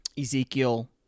Ezekiel